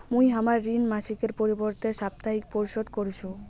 মুই হামার ঋণ মাসিকের পরিবর্তে সাপ্তাহিক পরিশোধ করিসু